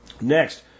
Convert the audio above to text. Next